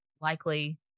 likely